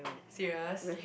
serious